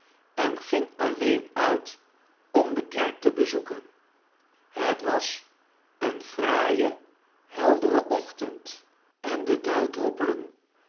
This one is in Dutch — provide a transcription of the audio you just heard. en ging alleen uit om de kerk te bezoeken het was een fraaie heldere ochtend en de